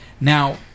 Now